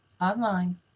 online